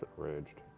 raged.